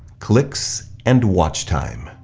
clicks and watch time.